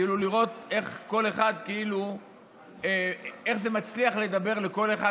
כאילו לראות איך זה מצליח לדבר לכל אחד,